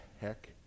heck